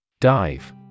Dive